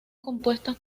compuestas